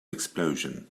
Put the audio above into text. explosion